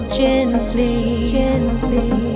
gently